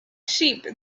sheep